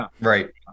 Right